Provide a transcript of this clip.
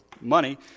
money